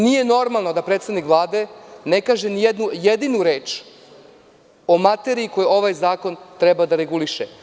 Nije normalno da predsednik Vlade ne kaže ni jednu jedinu reč o materiji koju ovaj zakon treba da reguliše.